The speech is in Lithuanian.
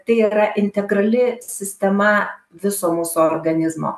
tai yra integrali sistema viso mūsų organizmo